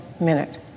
minute